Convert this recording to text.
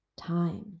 time